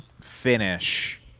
finish